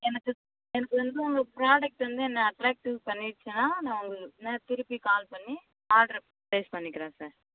எனக்கு எனக்கு வந்து உங்கள் ஃப்ரோடக்ட் வந்து என்ன அட்ராக்ட்டிவ் பண்ணிருச்சின்னா நான் உங்களுக்கு நான் திருப்பி கால் பண்ணி ஆர்டரு ப்ளேஸ் பண்ணிக்கிறேன் சார்